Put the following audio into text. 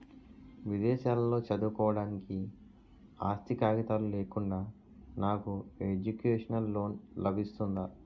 విదేశాలలో చదువుకోవడానికి ఆస్తి కాగితాలు లేకుండా నాకు ఎడ్యుకేషన్ లోన్ లబిస్తుందా?